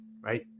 right